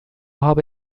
habe